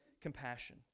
compassion